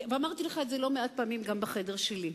ואמרתי לך את זה לא מעט פעמים גם בחדר שלי,